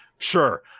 sure